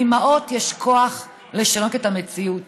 לאימהות יש כוח לשנות את המציאות.